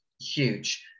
huge